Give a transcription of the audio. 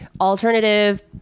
alternative